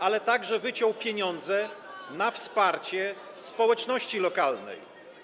ale także wyciął pieniądze na wsparcie społeczności lokalnej.